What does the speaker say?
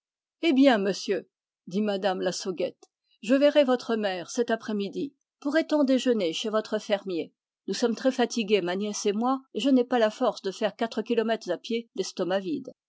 eh bien monsieur dit m me lassauguette je verrai votre mère cet après-midi pourrait-on déjeuner chez votre fermier nous sommes très fatiguées ma nièce et moi et je n'ai pas la force de faire quatre kilomètres à pied l'estomac vide